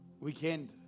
weekend